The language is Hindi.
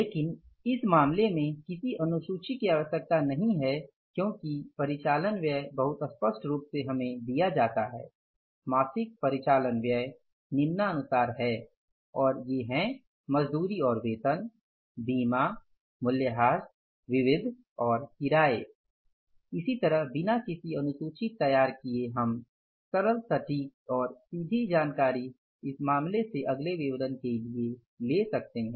लेकिन इस मामले में किसी अनुसूची की आवश्यकता नहीं है क्योंकि परिचालन व्यय बहुत स्पष्ट रूप से हमें दिया जाता है मासिक परिचालन व्यय निम्नानुसार हैं और ये हैं मजदूरी और वेतन बीमा मूल्यह्रास विविध और किराए इसी तरह बिना किसी अनुसूची तैयार किये हम सरल सटीक और सीधे जानकारी इस मामले से अगले विवरण के लिए ले सकते है